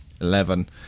eleven